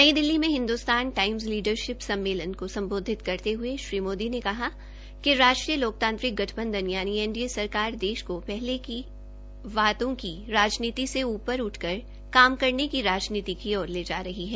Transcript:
नई दिल्ली में Hindustan Times leadership सम्मेलन सम्बोधित करते हये श्री मोदी ने कहा कि राष्ट्रीय लोकतांत्रिक गठबंधन एनडीए सरकार देश को हले की वायदों की राजनीति से ऊ र उठकर काम करने की राजनीति की ओर ले जा रही है